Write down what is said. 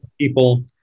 people